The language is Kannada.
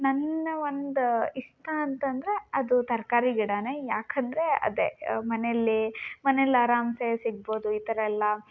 ನನ್ನ ಒಂದು ಇಷ್ಟ ಅಂತ ಅಂದರೆ ಅದು ತರಕಾರಿ ಗಿಡವೇ ಯಾಕೆಂದರೆ ಅದೇ ಮನೆಯಲ್ಲಿ ಮನೇಲಿ ಆರಾಮ್ ಸೆ ಸಿಗ್ಬೋದು ಈ ಥರ ಎಲ್ಲ